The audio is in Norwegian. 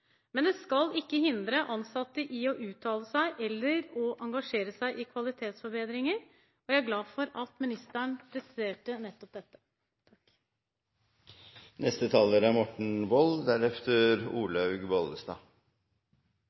men det skal ikke hindre ansatte i å uttale seg eller engasjere seg i kvalitetsforbedringer. Jeg er glad for at ministeren presiserte nettopp det. Her i landet er